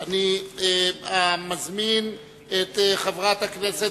אני מזמין את חבר הכנסת